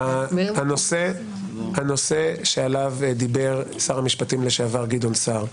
בנושא שעליו דיבר שר המשפטים לשעבר גדעון סער,